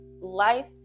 life